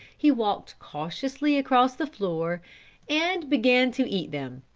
he walked cautiously across the floor and began to eat them.